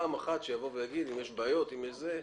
פעם אחת שידווח אם יש בעיות וכן הלאה.